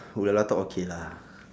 who Lalatalk okay lah